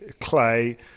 clay